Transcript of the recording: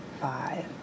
Five